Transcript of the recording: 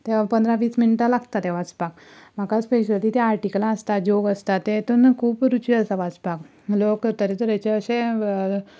तें पंदरा वीस मिनटां लागता तें वाचपाक म्हाका स्पेशली तीं आर्टिकलां आसता जॉक आसता तेतूंत खूब रुची आसा वाचपाक लोक तरे तरेचे अशे